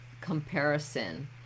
comparison